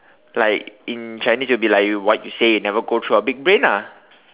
like in Chinese will be like what you say will never go through your big brain ah